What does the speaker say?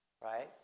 Right